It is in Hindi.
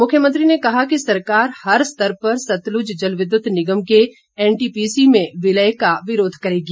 मुख्यमंत्री ने कहा कि सरकार हर स्तर पर सतलुत जल विद्युत निगम के एनटीपीसी में विलय का विरोध करेगी